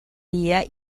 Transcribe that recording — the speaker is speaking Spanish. día